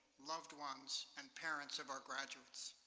loved ones, and parents of our graduates.